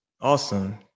Awesome